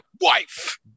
wife